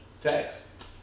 Text